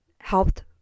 helped